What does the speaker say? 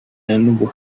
and